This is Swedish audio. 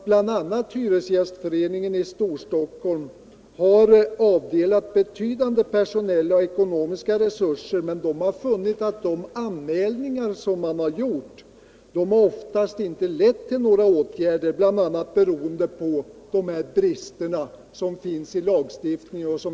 Bl. a. har Hyresgästföreningen i Storstockholm avdelat betydande personella och ekonomiska resurser för ändamålet men funnit att anmälningarna oftast inte lett till några åtgärder, bl.a. beroende på bristerna i lagstiftningen.